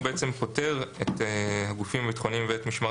הוא בעצם פוטר את הגופים הביטחוניים ואת משמר